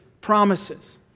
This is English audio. promises